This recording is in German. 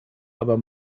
aber